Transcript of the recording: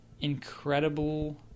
incredible